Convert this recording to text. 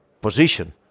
position